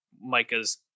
Micah's